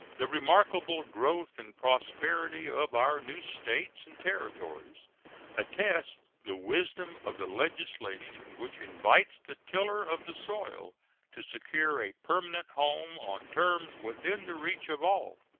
the remarkable growth and prosperity of our new states and territories attest the wisdom of the legislation which invites the tiller of the soil to secure a permanent home on terms within the reach of all.